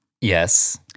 Yes